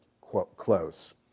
close